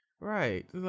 right